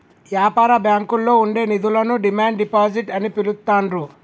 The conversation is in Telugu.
యాపార బ్యాంకుల్లో ఉండే నిధులను డిమాండ్ డిపాజిట్ అని పిలుత్తాండ్రు